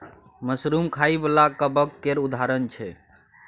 mushroom खाइ बला कबक केर उदाहरण छै